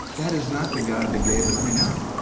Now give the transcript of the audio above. that is not the god that gabe and i know.